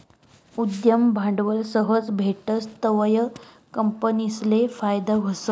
उद्यम भांडवल सहज भेटस तवंय कंपनीसले फायदा व्हस